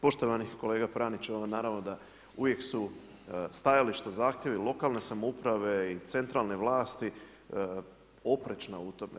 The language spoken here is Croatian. Poštovani kolega Pranić, naravno da uvijek su stajališta, zahtjevi lokalne samouprave i centralne vlasti oprečna u tome.